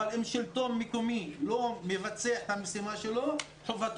אבל אם שלטון מקומי לא מבצע את המשימה שלו חובת